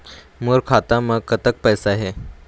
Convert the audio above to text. मोर खाता म कतक पैसा हे?